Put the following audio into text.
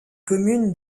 communes